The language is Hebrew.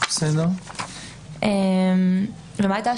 מה זאת